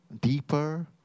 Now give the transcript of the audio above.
deeper